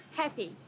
happy